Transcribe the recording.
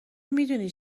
میدونی